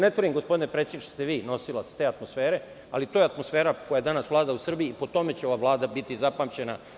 Ne tvrdim, gospodine predsedniče, da ste vi nosilac te atmosfere, ali to je atmosfera koja danas Vlada u Srbiji i po tome će ova vlada biti zapamćena.